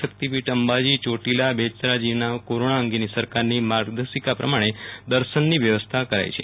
શક્તિપીઠ અંબાજીબેચરાજીમાં કોરોના અંગેની સરકારની માર્ગદર્શિકા પ્રમાણે દર્શનની વ્યવસ્થા કરાઈ છે